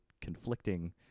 conflicting